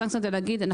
סנקציה זה להגיד,